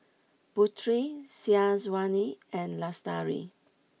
Putri Syazwani and Lestari